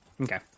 Okay